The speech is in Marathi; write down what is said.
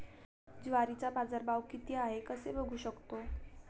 ज्वारीचा बाजारभाव किती आहे कसे बघू शकतो?